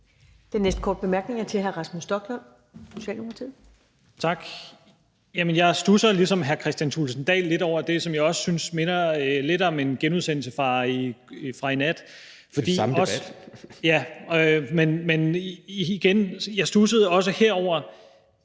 Den næste korte bemærkning er fra hr. Rasmus Stoklund.